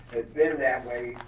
been that way